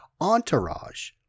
entourage